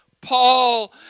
Paul